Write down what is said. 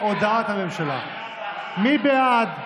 הודעת הממשלה, מי בעד?